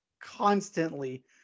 constantly